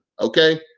Okay